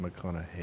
McConaughey